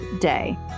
day